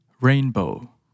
Rainbow